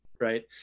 right